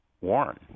Warren